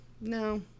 no